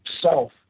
self